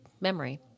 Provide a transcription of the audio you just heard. memory